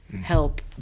help